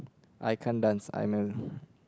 I can't dance I'm a